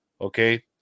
okay